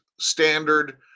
standard